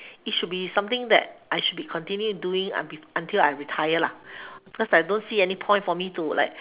it should be something that I should be continue doing until I retire lah because I don't see any point for me to like